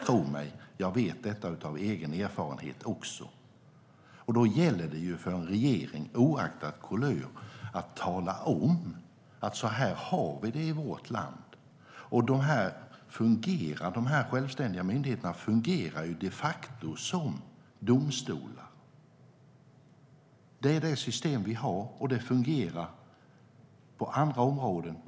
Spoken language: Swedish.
Tro mig, jag vet detta av egen erfarenhet. Då gäller det för en regering, oavsett kulör, att tala om att så här har vi det i vårt land, och de här självständiga myndigheterna fungerar de facto som domstolar. Det är det system vi har, och det fungerar på andra områden.